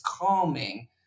calming